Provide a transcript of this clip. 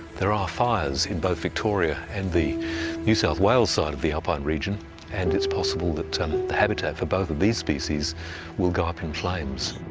there are fires in both victoria and the new south wales side of the alpine region and it's possible that the habitat for both of these species will go up in flames.